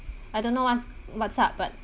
I don't know what's what's up but